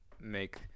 make